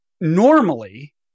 normally